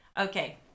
Okay